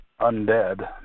undead